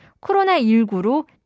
코로나19로